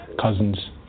cousins